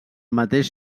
mateix